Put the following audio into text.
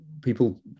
People